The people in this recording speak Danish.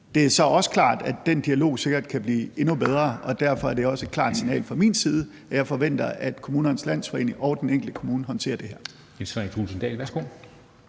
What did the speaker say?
Det er så også klart, at den dialog sikkert kan blive endnu bedre, og derfor er det også et klart signal fra min side, at jeg forventer, at Kommunernes Landsforening og den enkelte kommune håndterer det her.